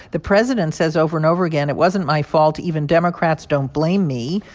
the president says over and over again, it wasn't my fault. even democrats don't blame me.